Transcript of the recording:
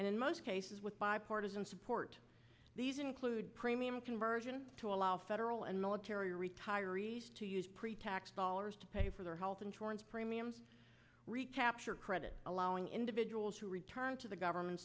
and in most cases with bipartisan support these include premium conversion to allow federal and military retirees to use pretax dollars to pay for their health insurance premiums recapture credit allowing individuals to return to the government